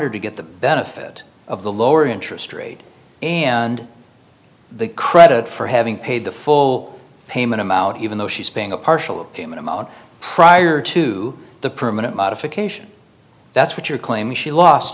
her to get the benefit of the lower interest rate and the credit for having paid the full payment i'm out even though she's paying a partial payment prior to the permanent modification that's what you're claiming she last